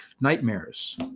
nightmares